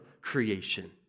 creation